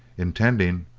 intending,